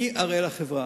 אני אראה לחברה.